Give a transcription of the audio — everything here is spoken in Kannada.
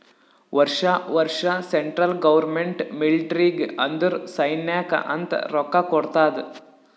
ವರ್ಷಾ ವರ್ಷಾ ಸೆಂಟ್ರಲ್ ಗೌರ್ಮೆಂಟ್ ಮಿಲ್ಟ್ರಿಗ್ ಅಂದುರ್ ಸೈನ್ಯಾಕ್ ಅಂತ್ ರೊಕ್ಕಾ ಕೊಡ್ತಾದ್